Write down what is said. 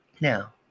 Now